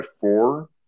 four